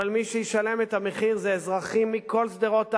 אבל מי שישלם את המחיר הם אזרחים מכל שדרות העם,